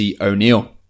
O'Neill